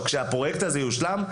כשהפרויקט הזה יושלם,